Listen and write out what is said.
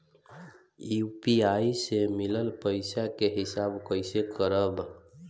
UPI से मिलल पईसा के हिसाब कइसे करब?